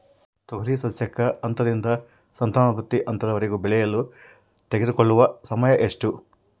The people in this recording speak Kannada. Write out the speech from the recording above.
ತೊಗರಿ ಸಸ್ಯಕ ಹಂತದಿಂದ ಸಂತಾನೋತ್ಪತ್ತಿ ಹಂತದವರೆಗೆ ಬೆಳೆಯಲು ತೆಗೆದುಕೊಳ್ಳುವ ಸಮಯ ಎಷ್ಟು?